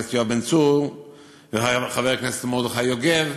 הכנסת יואב בן צור וחבר הכנסת מרדכי יוגב,